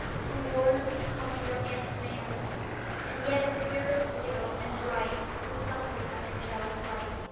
to warn, to comfort, and command and yet a spirit still, and bright with something of angelic light.